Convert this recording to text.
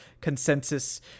consensus